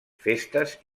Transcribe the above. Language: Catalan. festes